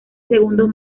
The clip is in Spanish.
segundos